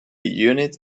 unit